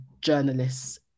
journalists